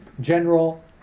general